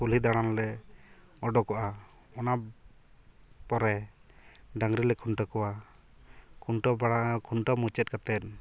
ᱠᱩᱞᱦᱤ ᱫᱟᱬᱟᱱᱞᱮ ᱚᱰᱳᱠᱚᱜᱼᱟ ᱚᱱᱟ ᱯᱚᱨᱮ ᱰᱟᱹᱝᱨᱤᱞᱮ ᱠᱷᱩᱱᱴᱟᱹᱣ ᱠᱚᱣᱟ ᱠᱷᱚᱱᱴᱟᱹᱣ ᱵᱟᱲᱟ ᱠᱷᱩᱱᱴᱟᱹᱣ ᱢᱩᱪᱟᱹᱫ ᱠᱟᱛᱮ